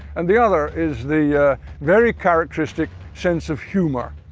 and the other is the very characteristic sense of humour,